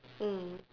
mm